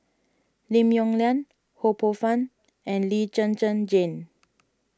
Lim Yong Liang Ho Poh Fun and Lee Zhen Zhen Jane